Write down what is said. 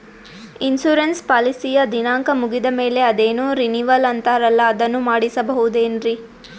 Insurance ಪಾಲಿಸಿಯ ದಿನಾಂಕ ಮುಗಿದ ಮೇಲೆ ಅದೇನೋ ರಿನೀವಲ್ ಅಂತಾರಲ್ಲ ಅದನ್ನು ಮಾಡಿಸಬಹುದೇನ್ರಿ?